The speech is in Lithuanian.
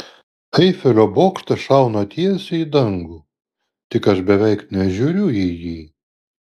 eifelio bokštas šauna tiesiai į dangų tik aš beveik nežiūriu į jį